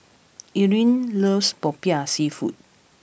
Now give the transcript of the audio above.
Eryn loves Popiah Seafood